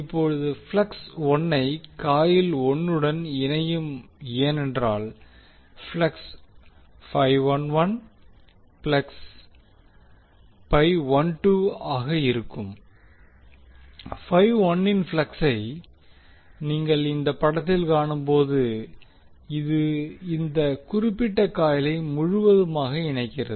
இப்போது flux 1 coil 1 னுடன் இணையும் ஏனென்றால் ஆக இருக்கும் இன் ப்ளக்ஸை நீங்கள் இந்த படத்தில் காணும்போது இது இந்த குறிப்பிட்ட காயிலை முழுவதுமாக இணைக்கிறது